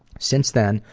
since then,